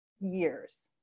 years